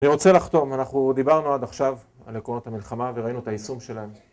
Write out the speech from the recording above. אני רוצה לחתום, אנחנו דיברנו עד עכשיו על עקרונות המלחמה וראינו את היישום שלהם